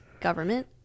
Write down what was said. government